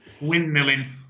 Windmilling